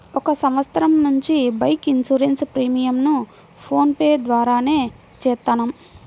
ఒక సంవత్సరం నుంచి బైక్ ఇన్సూరెన్స్ ప్రీమియంను ఫోన్ పే ద్వారానే చేత్తన్నాం